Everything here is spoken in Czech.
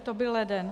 To byl leden.